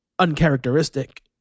uncharacteristic